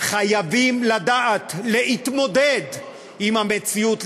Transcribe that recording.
חייבים לדעת להתמודד עם המציאות,